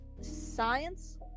science